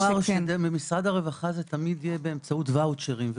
במשרד הרווחה זה תמיד יהיה באמצעות ואוצ'רים.